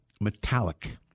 metallic